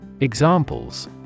Examples